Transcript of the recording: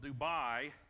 Dubai